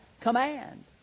command